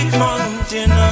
mountain